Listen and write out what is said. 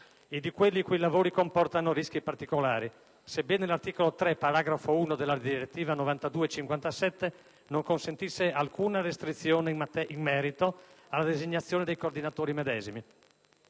e di quelli i cui lavori comportano rischi particolari, sebbene l'articolo 3, paragrafo 1, della direttiva 92/57 non consentisse alcuna restrizione in merito alla designazione dei coordinatori medesimi.